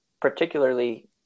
particularly